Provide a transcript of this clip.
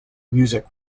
music